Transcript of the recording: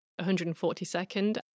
142nd